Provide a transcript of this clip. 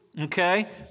okay